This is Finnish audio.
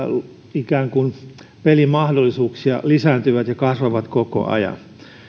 sähköisiä pelimahdollisuuksia lisääntyvät ja kasvavat koko ajan myös